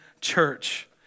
church